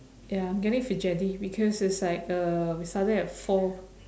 ya I'm getting fidgety because it's like uh we started at four